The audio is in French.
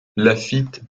laffitte